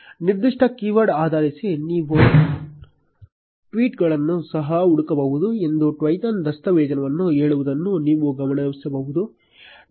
ನಿರ್ದಿಷ್ಟ ಕೀವರ್ಡ್ ಆಧರಿಸಿ ನೀವು ಟ್ವೀಟ್ ಗಳನ್ನು ಸಹ ಹುಡುಕಬಹುದು ಎಂದು Twython ದಸ್ತಾವೇಜನ್ನು ಹೇಳುವುದನ್ನು ನೀವು ಗಮನಿಸಬಹುದು